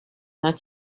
not